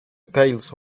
tales